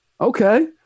okay